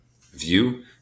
view